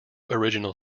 original